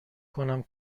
کنم